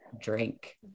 drink